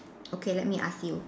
okay let me ask you